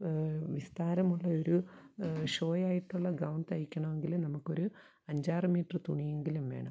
വിസ്താരമുള്ള ഒരു ഷോയായിട്ടുള്ള ഗൗൺ തയ്ക്കണമെങ്കിൽ നമക്കൊരു അഞ്ചാറ് മീറ്ററ് തുണിയെങ്കിലും വേണം